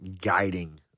guiding